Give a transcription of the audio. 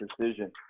decision